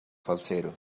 falsetto